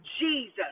Jesus